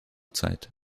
zeit